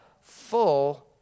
full